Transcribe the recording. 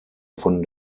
von